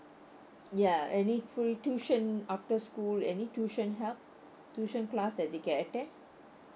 ya any free tuition after school any tuition help tuition class that they can attend